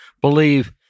believe